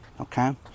Okay